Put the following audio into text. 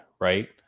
right